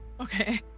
Okay